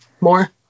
more